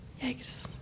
Yikes